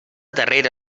darrera